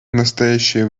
настоящее